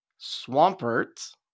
Swampert